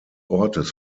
ortes